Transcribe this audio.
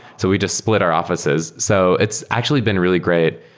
so we just split our offi ces. so it's actually been really great,